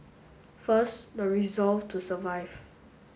first the resolve to survive